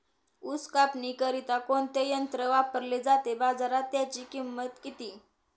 ऊस कापणीकरिता कोणते यंत्र वापरले जाते? बाजारात त्याची किंमत किती?